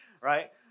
right